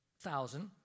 thousand